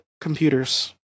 computers